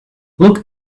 look